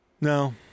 No